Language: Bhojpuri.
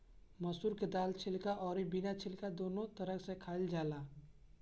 मसूर के दाल छिलका अउरी बिना छिलका दूनो तरह से खाइल जाला